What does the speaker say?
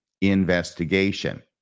investigation